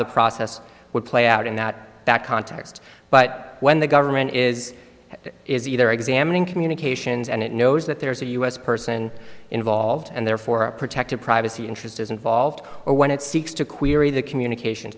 the process would play out in that context but when the government is is either examining communications and it knows that there is a u s person involved and therefore a protective privacy interest is involved or when it seeks to query the communication